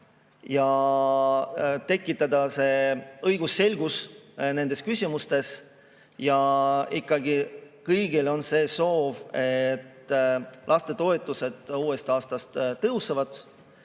ja tekitada see õigusselgus nendes küsimustes. Ja ikkagi kõigil on see soov, et lastetoetused uuest aastast tõusevad.